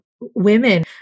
women